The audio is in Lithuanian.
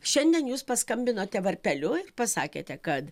šiandien jūs paskambinote varpeliu ir pasakėte kad